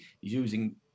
using